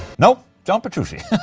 nope. john petrucci